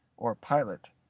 or pilot,